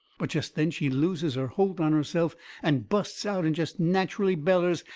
but jest then she loses her holt on herself and busts out and jest natcherally bellers.